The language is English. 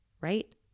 right